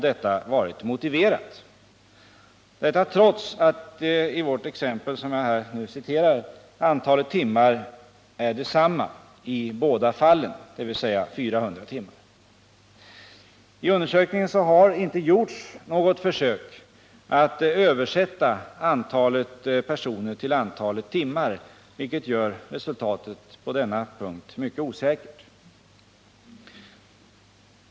I det fall jag nu exemplifierat med blir resultatet detsamma, oberoende av vilket alternativ man utgår ifrån vid svaret, trots att permitteringsbehovet är detsamma i båda fallen, dvs. 400 timmar. I undersökningen har inte gjorts något försök att översätta antalet personer till antalet timmar, vilket gör att undersökningsresultatet på denna punkt är mycket osäkert.